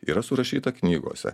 yra surašyta knygose